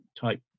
type